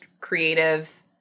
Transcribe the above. creative